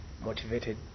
motivated